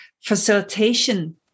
facilitation